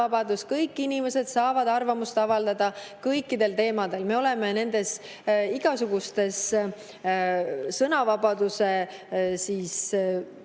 kõik inimesed saavad arvamust avaldada kõikidel teemadel. Me oleme igasugustes sõnavabaduse listides